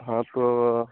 हाँ तो